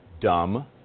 dumb